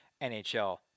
NHL